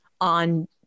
on